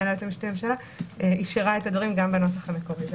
ליועץ המשפטי לממשלה אפשרה את הדברים גם בנוסח המקורי.